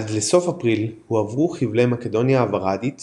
עד לסוף אפריל הועברו חבלי מקדוניה הווארדארית